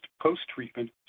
post-treatment